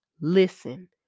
listen